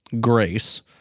grace